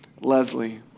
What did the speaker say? Leslie